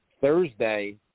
thursday